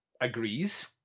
agrees